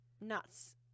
nuts